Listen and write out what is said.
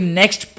next